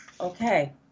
Okay